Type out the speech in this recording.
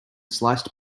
sliced